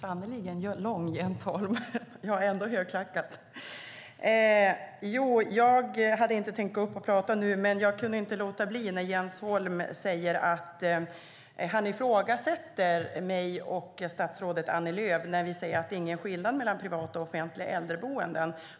Herr talman! Jag kan inte låta bli att kommentera att Jens Holm säger att privata äldreboenden har 10 procent lägre bemanning och att han därför ifrågasätter mig och statsrådet Annie Lööf när vi säger att det inte är någon skillnad mellan privata och offentliga äldreboenden.